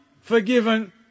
forgiven